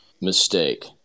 Mistake